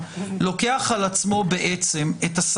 לוקח על עצמו את הסמכות.